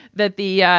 that the, yeah